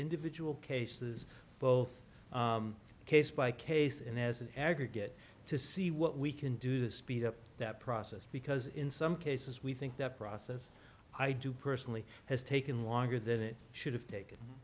individual cases both case by case and as an aggregate to see what we can do to speed up that process because in some cases we think that process i do personally has taken longer than it should have taken